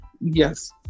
Yes